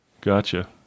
Gotcha